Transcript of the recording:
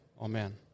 Amen